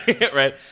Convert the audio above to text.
right